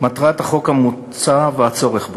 מטרת החוק המוצע והצורך בו,